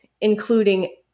including